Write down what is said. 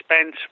spent